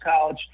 College